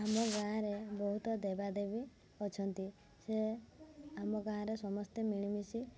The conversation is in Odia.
ଆମ ଗାଁରେ ବହୁତ ଦେବାଦେବୀ ଅଛନ୍ତି ସେ ଆମ ଗାଁରେ ସମସ୍ତେ ମିଳିମିଶି